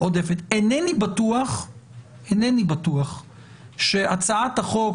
אינני בטוח שהצעת החוק,